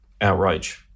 outrage